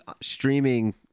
streaming